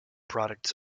product